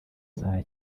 saa